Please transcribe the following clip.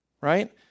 right